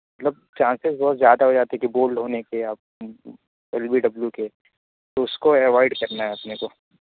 مطلب چانسز بہت زیادہ ہو جاتے ہیں کہ بولڈ ہونے سے آپ ایل بی ڈبلو کے تو اس کو اوائڈ کرنا ہے اپنے کو